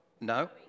No